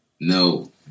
No